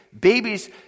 babies